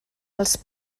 als